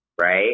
right